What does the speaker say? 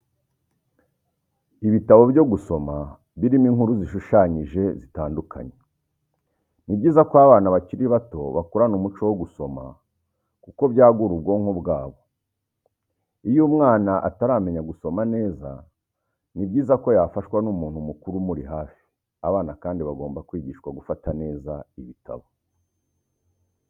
Ibitabo byo gusoma birimo inkuru zishushanyije zitandukanye, ni byiza ko abana bakiri bato bakurana umuco wo gusoma kuko byagura ubwonko bwabo, iyo umwana ataramenya gusoma neza ni byiza ko yafashwa n'umuntu mukuru umuri hafi. Abana kandi bagomba kwigishwa gufata neza ibitabo.